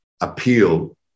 appeal